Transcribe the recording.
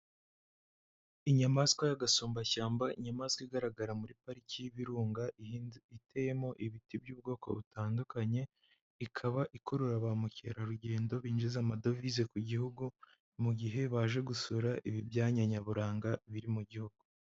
Inyamaswa y'agasumbashyamba, inyamaswa igaragara muri pariki y'ibirunga, iteyemo ibiti by'ubwoko butandukanye, ikaba ikurura ba mukerarugendo binjiza amadovize ku gihugu, mugihe baje gusura ibi byanya nyaburanga biri mu gihugu.